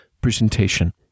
presentation